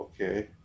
Okay